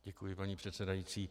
Děkuji, paní předsedající.